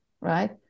right